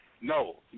No